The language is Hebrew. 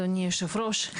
אדוני היושב-ראש,